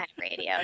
radio